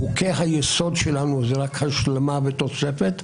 חוקי היסוד שלנו הם רק השלמה ותוספת,